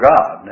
God